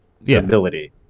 ability